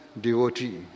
devotee